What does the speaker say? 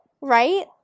Right